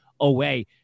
away